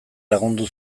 lagundu